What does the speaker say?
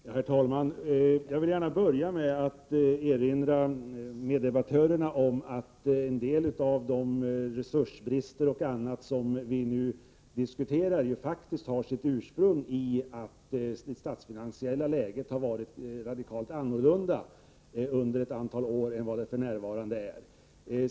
Herr talman! Jag vill gärna börja med att erinra meddebattörerna om att en del av de resursbrister och annat som vi nu diskuterar faktiskt har sitt ursprung i att det statsfinansiella läget har varit radikalt annorlunda under ett antal år än vad det för närvarande är.